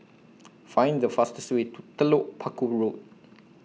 Find The fastest Way to Telok Paku Road